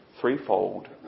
threefold